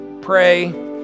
pray